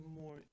more